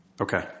Okay